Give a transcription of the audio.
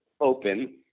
open